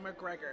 McGregor